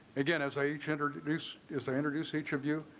again, as i each introduce is i introduce each of you.